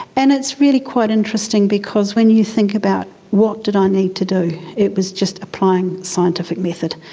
and it's really quite interesting because when you think about what did i need to do, it was just applying scientific method,